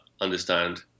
understand